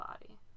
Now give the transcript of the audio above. body